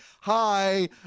Hi